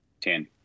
Ten